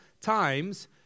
times